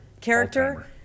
character